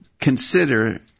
consider